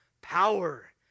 Power